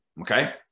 okay